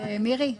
מי בעד?